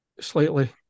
slightly